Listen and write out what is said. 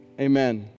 Amen